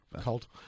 Cold